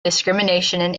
discrimination